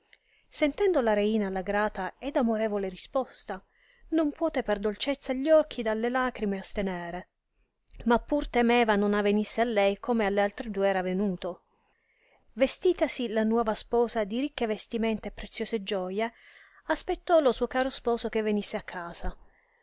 sentendo la reina la grata ed amorevole risposta non puote per dolcezza gli occhi dalle lagrime astenere ma pur temeva non avenisse a lei come alle altre due era avenuto vestitasi la nuova sposa di ricche vestimenta e preziose gioie aspettò lo suo caro sposo che venisse a casa